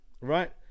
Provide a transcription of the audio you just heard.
right